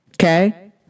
Okay